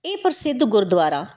ਇਹ ਪ੍ਰਸਿੱਧ ਗੁਰਦੁਆਰਾ